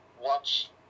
watch